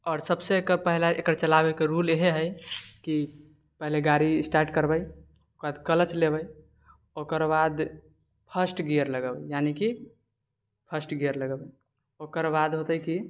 आओर सबसँ एकर पहला चलाबैकै रूल एलै हइ कि पहले गाड़ी स्टार्ट करबै ओकरबाद क्लच लेबै ओकरबाद फर्स्ट गियर लगेबै यानीकि फर्स्ट गियर लगेबै ओकरबाद होतै कि